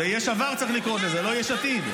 יש עבר, צריך לקרוא לזה, לא יש עתיד.